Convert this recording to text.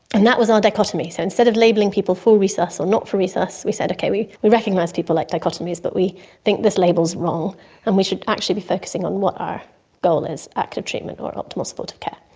and that was our dichotomy. so instead of labelling people full resus or not for resus we said, okay, we we recognise people like dichotomies, but we think this label is wrong and we should actually be focusing on what our goal is active treatment or optimal supportive care.